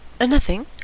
Nothing